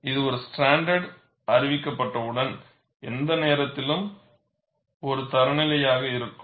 இது ஒரு ஸ்டாண்டர்டு அறிவிக்கப்பட்டவுடன் எந்த நேரத்திற்கும் ஒரு தரநிலையாக இருக்கும்